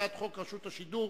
רשות השידור